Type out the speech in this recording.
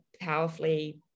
powerfully